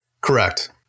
Correct